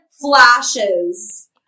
flashes